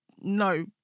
no